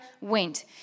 went